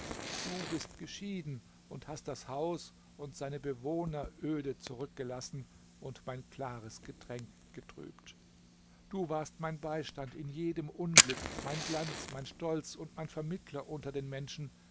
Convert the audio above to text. du bist geschieden und hast das haus und seine bewohner öde zurückgelassen und mein klares getränk getrübt du warst mein beistand in jedem unglück mein glanz mein stolz und mein vermittler unter den menschen